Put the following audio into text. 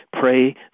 pray